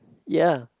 ya